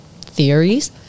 theories